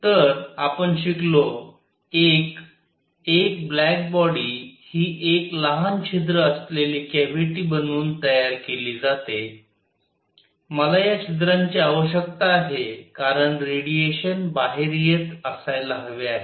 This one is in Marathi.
तर आपण शिकलो 1 एक ब्लॅक बॉडी हि एक लहान छिद्र असलेली कॅव्हिटी बनवून तयार केली जाते मला या छिद्रांची आवश्यकता आहे कारण रेडिएशन बाहेर येत असायला हवे आहे